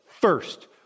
first